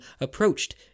approached